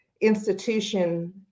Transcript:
institution